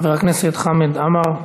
חבר הכנסת חמד עמאר,